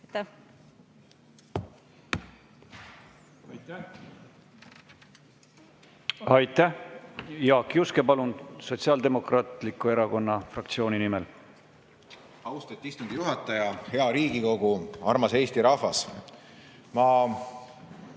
Aitäh! Jaak Juske, palun, Sotsiaaldemokraatliku Erakonna fraktsiooni nimel! Austet istungi juhataja! Hea Riigikogu! Armas Eesti rahvas! Ma